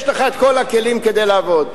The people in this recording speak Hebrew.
יש לך כל הכלים כדי לעבוד.